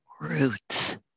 roots